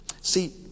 See